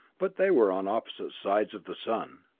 but they were on opposite sides of the sun.